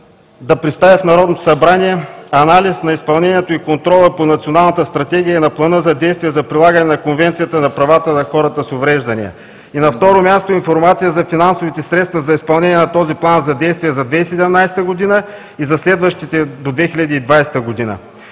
да представи в Народното събрание анализ на изпълнението и контрола по Националната стратегия и на Плана за действие за прилагане на Конвенцията за правата на хората с увреждания. И, на второ място, информация за финансовите средства за изпълнение на този План за действие за 2017 г. и за следващите до 2020 г.